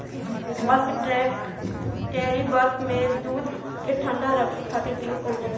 bulk tank dairy farm में दूध के ठंडा रखे खातिर उपयोग कईल जाला